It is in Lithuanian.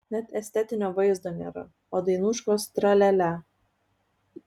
net estetinio vaizdo nėra o dainuškos tra lia lia